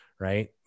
right